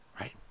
right